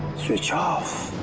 switch off!